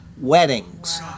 weddings